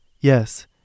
Yes